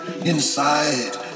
inside